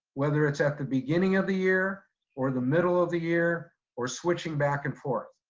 whether it's at the beginning of the year or the middle of the year or switching back and forth.